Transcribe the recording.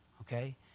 okay